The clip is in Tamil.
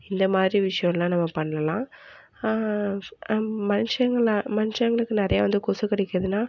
இந்த மாதிரி விஷயம்லாம் நம்ம பண்ணலாம் மனுஷங்களை மனுஷங்களுக்கு நிறையா வந்து கொசு கடிக்குதுன்னால்